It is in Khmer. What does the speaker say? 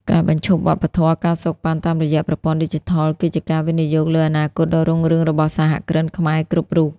ការបញ្ឈប់វប្បធម៌ ការសូកប៉ាន់ តាមរយៈប្រព័ន្ធឌីជីថល គឺជាការវិនិយោគលើអនាគតដ៏រុងរឿងរបស់សហគ្រិនខ្មែរគ្រប់រូប។